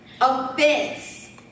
offense